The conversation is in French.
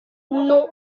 non